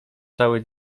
cały